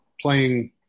playing